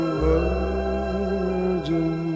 virgin